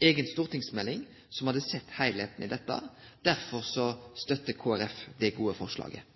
eiga stortingsmelding som hadde sett heilskapen i dette. Derfor støttar Kristeleg Folkeparti det gode